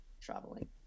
traveling